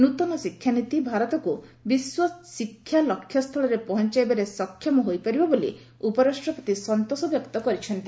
ନୂତନ ଶିକ୍ଷାନୀତି ଭାରତକୁ ବିଶ୍ୱ ଶିକ୍ଷା ଲକ୍ଷ୍ୟସ୍ଥଳରେ ପହଞ୍ଚାଇବାରେ ସକ୍ଷମ ହୋଇପାରିବ ବୋଲି ଉପରାଷ୍ଟ୍ରପତି ସନ୍ତୋଷ ବ୍ୟକ୍ତ କରିଛନ୍ତି